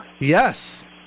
Yes